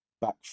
Back